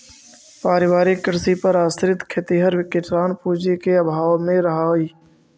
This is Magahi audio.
पारिवारिक कृषि पर आश्रित खेतिहर किसान पूँजी के अभाव में रहऽ हइ